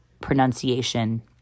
pronunciation